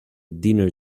dinner